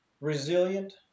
resilient